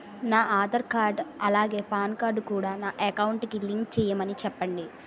నా ఆధార్ కార్డ్ అలాగే PAN card కూడా నా అకౌంట్ కి లింక్ చేయమని చెప్పండి